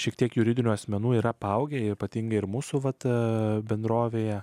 šiek tiek juridinių asmenų ir apaugę ypatingai ir mūsų vata bendrovėje